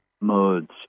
modes